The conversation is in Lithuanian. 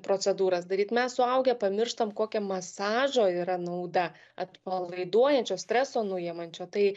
procedūras daryt mes suaugę pamirštam kokia masažo yra nauda atpalaiduojančio streso nuimančio tai